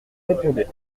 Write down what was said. répondez